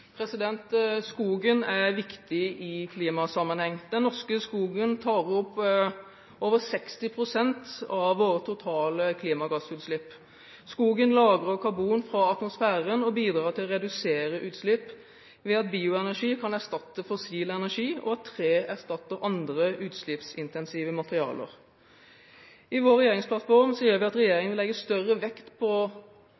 klimaperspektiv?» Skogen er viktig i klimasammenheng. Den norske skogen tar opp over 60 pst. av våre totale klimagassutslipp. Skogen lagrer karbon fra atmosfæren og bidrar til å redusere utslipp ved at bioenergi kan erstatte fossil energi, og ved at tre erstatter andre, utslippsintensive materialer. I vår regjeringsplattform sier vi at